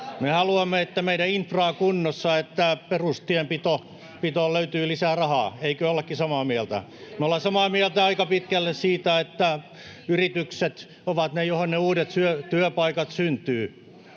Me haluamme, että meidän infra on kunnossa ja että perustienpitoon löytyy lisää rahaa — eikö ollakin samaa mieltä? Me ollaan samaa mieltä aika pitkälle siitä, että yritykset ovat niitä, joihin ne uudet työpaikat syntyvät.